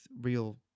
real